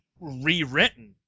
rewritten